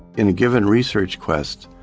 in a given research quest,